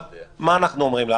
מה אנחנו אומרים לה?